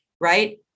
right